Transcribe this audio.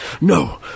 no